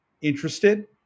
interested